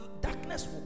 darkness